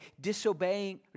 disobeying